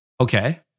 Okay